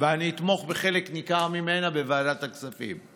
ואני אתמוך בחלק ניכר ממנה בוועדת הכספים.